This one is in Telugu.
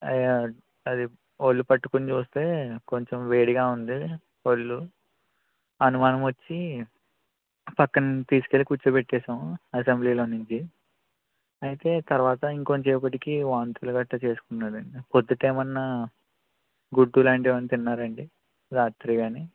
ఆ అది ఒళ్ళు పట్టుకుని చూస్తే కొంచెం వేడిగా ఉంది ఒళ్ళు అనుమానం వచ్చి పక్కన తీసుకెళ్ళి కూర్చోపెట్టేశాము అసెంబ్లీలో నుంచి అయితే తరువాత ఇంకొంచెం సేపటికి వాంతులు గట్రా చేసుకున్నాడండి పొద్దుట ఏమైనా గుడ్డు లాంటివి ఏమైనా తిన్నాడా అండి రాత్రి కాని